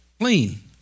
clean